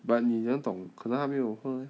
but 你怎样懂可能他没有喝 eh